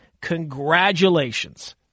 congratulations